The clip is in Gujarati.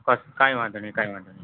બસ કઈ વાંધો નઇ કાઇ વાંધો નઇ